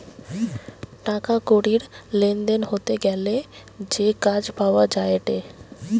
টাকা কড়ির লেনদেন হতে গ্যালে যে কাগজ পাওয়া যায়েটে